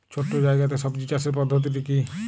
ছোট্ট জায়গাতে সবজি চাষের পদ্ধতিটি কী?